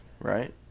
right